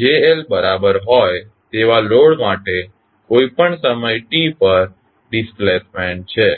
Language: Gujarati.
JL બરાબર હોય તેવા લોડ માટે કોઈપણ સમય t પર ડિસ્પ્લેસમેન્ટ છે